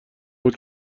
بود